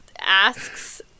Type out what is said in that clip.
asks